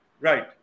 Right